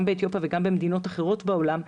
גם באתיופיה וגם במדינות אחרות בעולם.